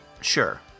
sure